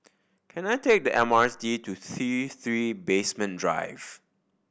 can I take the M R T to T Three Basement Drive